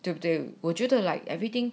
对不对我觉得 like everything